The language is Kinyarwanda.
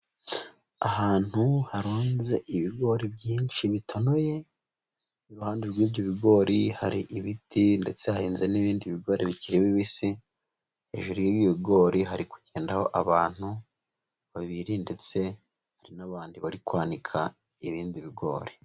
Ahantu harunze ibigori byinshi bitanoye, iruhande rw'ibyo bigori hari ibiti ndetse hahinze n'ibindi bigori bikiri bibisi, hejuru y'ibi bigori hari kugendaho abantu babiri ndetse hari n'abandi bari kwanika ibindi bigori.